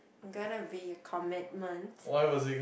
gonna be a commitment